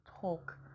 talk